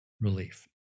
relief